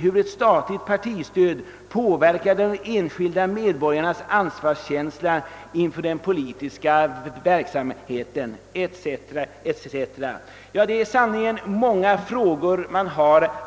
hur ett. statligt partistöd påverkar de enskilda medborgarnas ansvarskänsla inför den politiska verksamheten.» Det är sannerligen många frågor.